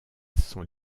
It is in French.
sont